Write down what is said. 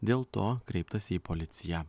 dėl to kreiptasi į policiją